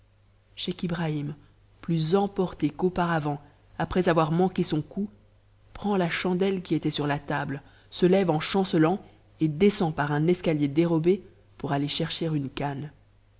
p e qui était sur la table se lève en chancelant et descend par un escalier dérobé pour aller chercher uue canne